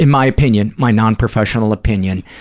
and my opinion, my non-professional opinion,